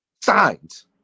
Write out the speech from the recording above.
signs